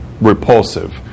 repulsive